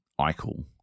Eichel